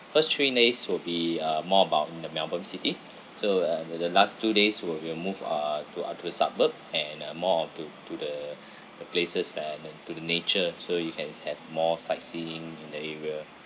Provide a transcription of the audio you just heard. first three nights will be uh more about the melbourne city so uh when the last two days we will move uh to other suburb and uh more on to to the the places that are near to the nature so you can have more sightseeing in the area